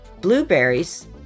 blueberries